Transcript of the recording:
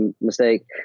mistake